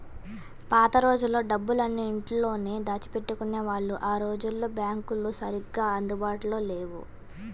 పాత రోజుల్లో డబ్బులన్నీ ఇంట్లోనే దాచిపెట్టుకునేవాళ్ళు ఆ రోజుల్లో బ్యాంకులు సరిగ్గా అందుబాటులో లేవు